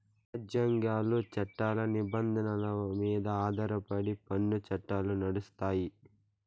రాజ్యాంగాలు, చట్టాల నిబంధనల మీద ఆధారమై పన్ను చట్టాలు నడుస్తాయి